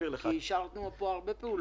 אישרנו פה הרבה פעולות.